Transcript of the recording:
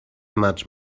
much